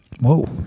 Whoa